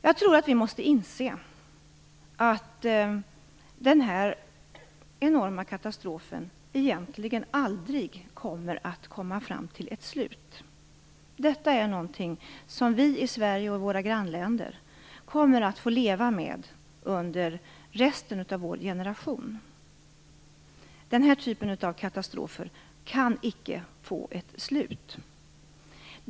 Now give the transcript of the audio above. Jag tror att vi måste inse att denna enorma katastrof egentligen aldrig kommer att nå fram till ett slut. Detta är någonting som vi i Sverige och i våra grannländer kommer att få leva med under resten av vår generations levnad. Den här typen av katastrofer kan icke få ett slut.